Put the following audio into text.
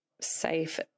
safe